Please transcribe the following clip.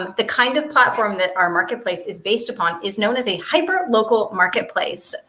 the kind of platform that our marketplace is based upon is known as a hyper local marketplace,